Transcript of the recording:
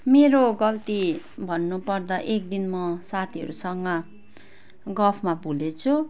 मेरो गल्ती भन्नु पर्दा एक दिन म साथीहरूसँग गफमा भुलेछु